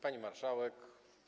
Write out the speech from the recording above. Pani Marszałek!